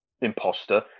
imposter